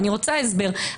אני רוצה הסבר.